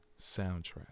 soundtrack